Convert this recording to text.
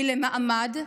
כי למעמד,